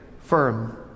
firm